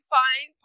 find